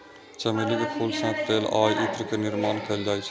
चमेली के फूल सं तेल आ इत्र के निर्माण कैल जाइ छै